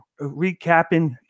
recapping